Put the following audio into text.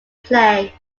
play